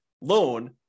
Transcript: loan